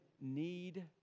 need